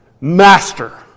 Master